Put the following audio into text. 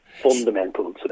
fundamental